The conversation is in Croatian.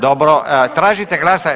Dobro, tražite glasanje.